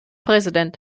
präsident